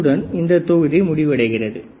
இத்துடன் இந்த தொகுதி முடிவடைகிறது